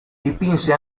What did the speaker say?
dipinse